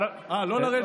אה, לא לרדת?